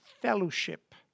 Fellowship